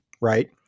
right